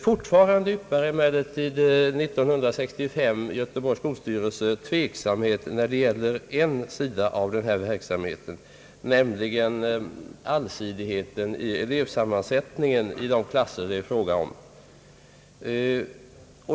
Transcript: Fortfarande yppar emellertid år 1965 Göteborgs skolstyrelse tveksamhet när det gäller en sida av denna verksamhet, nämligen allsidigheten i elevsammansättningen i de klasser det är fråga om.